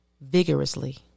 vigorously